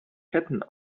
ketten